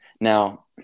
Now